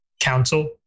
council